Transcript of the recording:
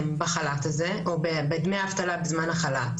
בחל"ת הזה או בדמי האבטלה בזמן החל"ת,